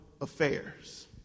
affairs